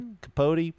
Capote